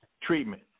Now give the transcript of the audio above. treatment